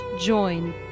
join